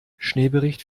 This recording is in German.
schneebericht